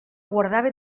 guardava